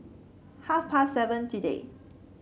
half past seven today